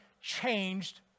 changed